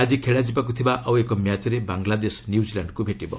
ଆକି ଖେଳାଯିବାକୁ ଥିବା ଆଉ ଏକ ମ୍ୟାଚ୍ରେ ବାଂଲାଦେଶ ନ୍ୟୁକିଲ୍ୟାଣ୍ଡ୍କୁ ଭେଟିବ